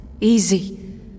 Easy